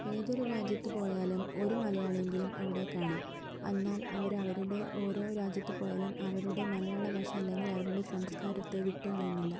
ഏതൊരു രാജ്യത്ത് പോയാലും ഒരു മലയാളിയെങ്കിലും അവിടെ കാണാം എന്നാൽ അവരവരുടെ ഓരോ രാജ്യത്ത് പോയാലും അവരുടെ മലയാള ഭാഷ അല്ലെങ്കിൽ അവരുടെ സംസ്കാരത്തെ വിട്ട് കളയുന്നില്ല